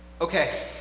Okay